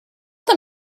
that